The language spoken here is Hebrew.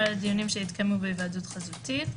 הדיונים שהתקיימו בהיוועדות חזותית,